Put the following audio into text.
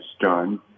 done